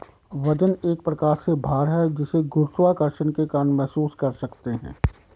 वजन एक प्रकार से भार है जिसे गुरुत्वाकर्षण के कारण महसूस कर सकते है